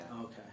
Okay